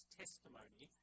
testimony